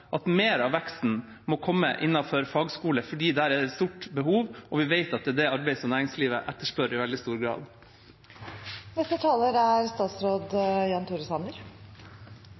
at mer av veksten må komme innenfor fagskoler, for der er det et stort behov, og vi vet at det er det arbeidet som næringslivet etterspør i veldig stor grad. Jeg vil ganske kort kvittere ut det konstruktive innlegget til saksordføreren. Jeg er